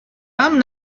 i’m